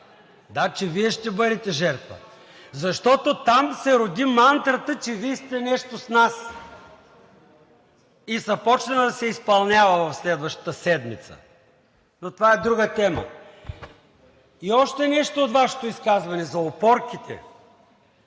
Да, че Вие ще бъдете жертва. Защото там се роди мантрата, че Вие сте нещо с нас и започна да се изпълнява в следващата седмица. Но това е друга тема. И още нещо от Вашето изказване – за опорките.